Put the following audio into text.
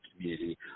community